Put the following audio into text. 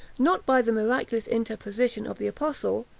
not by the miraculous interposition of the apostle,